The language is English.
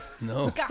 no